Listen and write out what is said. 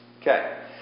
Okay